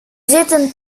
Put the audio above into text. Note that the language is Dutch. zitten